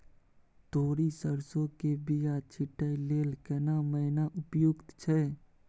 तोरी, सरसो के बीया छींटै लेल केना महीना उपयुक्त छै?